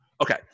Okay